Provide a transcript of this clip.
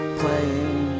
playing